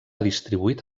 distribuït